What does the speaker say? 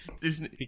Disney